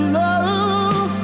love